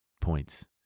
Points